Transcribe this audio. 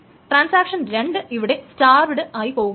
transaction 2 ഇവിടെ starved ആയി പോകുകയാണ്